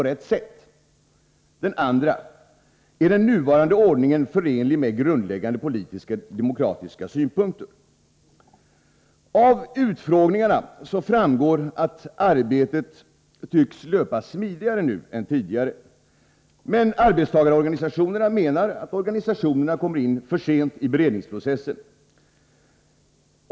Är den nuvarande ordningen förenlig med grundläggande politiska demokratiska synpunkter? Av utfrågningarna framgår att arbetet nu tycks löpa smidigare än tidigare. Arbetstagarorganisationerna menar dock att de kommer in för sent i beredningsprocessen.